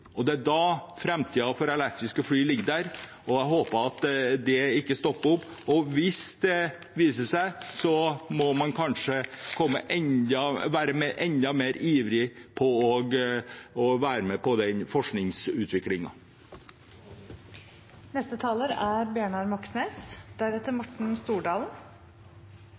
Det er da framtiden for elektriske fly ligger der, og jeg håper at det ikke stopper opp. Hvis det viser seg at det gjør det, må man kanskje være enda ivrigere etter å være med på den forskningsutviklingen. Wizz Air har etablert seg i Norge på